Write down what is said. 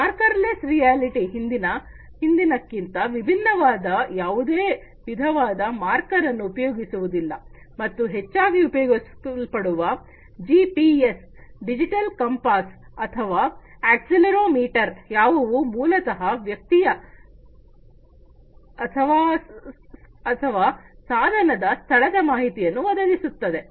marker less reality ಹಿಂದಿನ ಕ್ಕಿಂತ ವಿಭಿನ್ನವಾಗಿ ಯಾವುದೇ ವಿಧವಾದ ಮಾರ್ಕರ್ ಅನ್ನು ಉಪಯೋಗಿಸುವುದಿಲ್ಲ ಮತ್ತು ಹೆಚ್ಚಾಗಿ ಉಪಯೋಗಿಸಲ್ಪಡುವ ಜಿಪಿಎಸ್ ಡಿಜಿಟಲ್ ಕಂಪಾಸ್ ಅಥವಾ ಅಕ್ಸೆಲೆರೊಮೀಟರ್ ಯಾವುವು ಮೂಲತಹ ವ್ಯಕ್ತಿಯ ಅಥವಾ ಸಾಧನದ ಸ್ಥಳದ ಮಾಹಿತಿಯನ್ನು ಒದಗಿಸುತ್ತದೆ